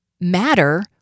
matter